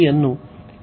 ಅನ್ನು ಹೊಂದಿದ್ದೇವೆ